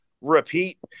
repeat